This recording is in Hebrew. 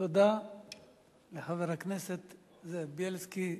תודה לחבר הכנסת זאב בילסקי,